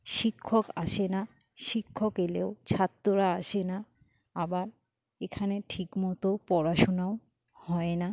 শিক্ষক আসে না শিক্ষক এলেও ছাত্ররা আসে না আবার এখানে ঠিকমতো পড়াশোনাও হয় না